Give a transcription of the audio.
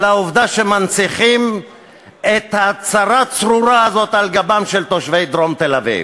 על העובדה שמנציחים את הצרה הצרורה הזאת על גבם של תושבי דרום תל-אביב.